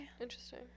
Interesting